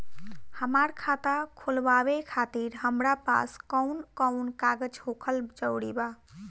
हमार खाता खोलवावे खातिर हमरा पास कऊन कऊन कागज होखल जरूरी बा?